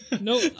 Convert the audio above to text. No